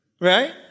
Right